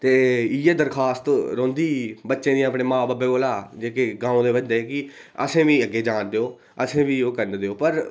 ते इ'यै दरखास्त रौंह्दी बच्चें दी अपने मां बब्बे कोला कि ग्रां दे बंदे गी असें गी बी अग्गें जान देओ असेंगी बी ओह् करना देओ पर